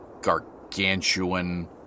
gargantuan